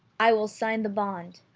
i will sign the bond.